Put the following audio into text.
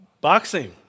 boxing